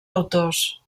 autors